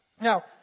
Now